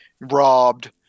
robbed